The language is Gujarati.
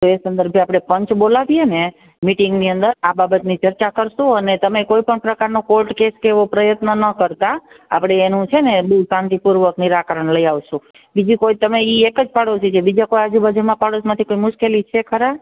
તો એ સંદર્ભે આપણે પાંચ બોલાવીએ અને મીટીંગની અંદર આ બાબતની ચર્ચા કરશું અને તમે કોઈપણ પ્રકારનો પોલીસ કેસ કે એવો પ્રયત્ન ણ કરતાં આપણે એનું છે ને એનું શાંતિ પૂર્વક નિરાકરણ લઈ આવશું બીજું કોઈ તમે એ એક જ પાડોશી કે બીજા આજુ બાજુ પાડોશમાંથી કોઈ મુશ્કેલી છે ખરા